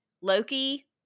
Loki